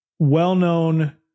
well-known